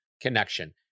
connection